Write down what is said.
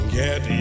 get